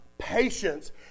patience